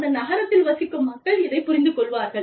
அந்த நகரத்தில் வசிக்கும் மக்கள் இதைப் புரிந்துகொள்வார்கள்